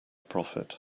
profit